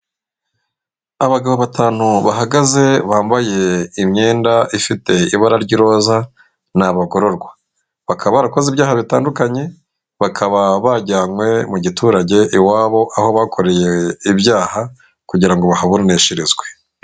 Abagabo batanu bahagaze bambaye imyenda ifite ibara ry'iroza ni abagororwa. Bakaba barakoze ibyaha bitandukanye, bakaba bajyanywe mu giturage iwabo aho bakoreye ibyaha kugira ngo bahaburanishirizwe.